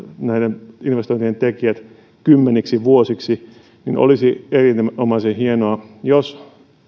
näiden investointien tekijöitä kymmeniksi vuosiksi olisi erinomaisen hienoa jos